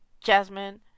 Jasmine